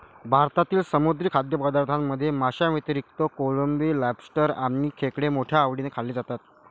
भारतातील समुद्री खाद्यपदार्थांमध्ये माशांव्यतिरिक्त कोळंबी, लॉबस्टर आणि खेकडे मोठ्या आवडीने खाल्ले जातात